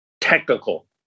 technical